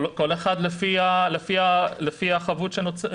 כל אחד לפי החבות שנוצרה.